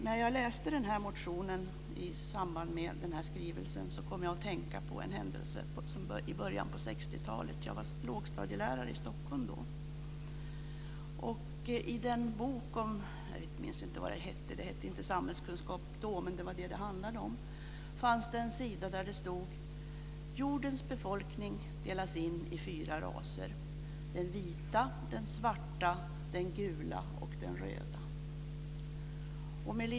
När jag läste motionen i samband med skrivelsen kom jag att tänka på en händelse i början av 1960 talet. Jag var lågstadielärare i Stockholm då. I en bok i samhällskunskap - det hette inte så då, men det var det som det handlade om - fanns det en sida där det stod: Jorden befolkning delas in i fyra raser; den vita, den svarta, den gula och den röda.